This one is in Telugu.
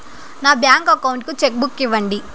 నా బ్యాంకు అకౌంట్ కు చెక్కు బుక్ ఇవ్వండి